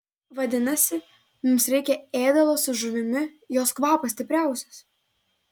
vadinasi mums reikia ėdalo su žuvimi jo kvapas stipriausias